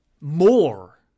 more